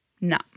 No